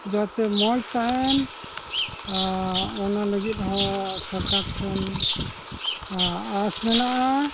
ᱡᱟᱛᱮ ᱢᱚᱡᱽ ᱛᱟᱦᱮᱱ ᱟᱨ ᱚᱱᱟ ᱞᱟᱹᱜᱤᱫᱦᱚᱸ ᱥᱚᱨᱠᱟᱨᱴᱷᱮᱱ ᱟᱥ ᱢᱮᱱᱟᱜᱼᱟ